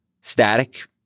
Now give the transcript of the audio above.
static